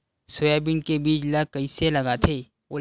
Soybean के बीज ल कइसे लगाथे?